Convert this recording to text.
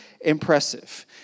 impressive